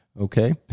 Okay